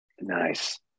Nice